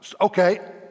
Okay